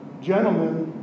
Gentlemen